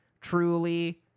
truly